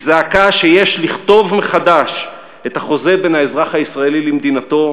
היא זעקה שיש לכתוב מחדש את החוזה בין האזרח הישראלי למדינתו,